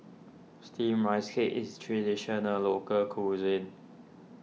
Steamed Rice Cake is Traditional Local Cuisine